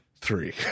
three